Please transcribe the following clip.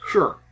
Sure